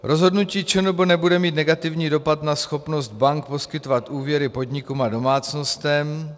Rozhodnutí ČNB nebude mít negativní dopad na schopnost bank poskytovat úvěry podnikům a domácnostem.